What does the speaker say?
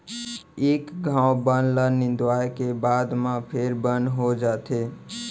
एक घौं बन ल निंदवाए के बाद म फेर बन हो जाथे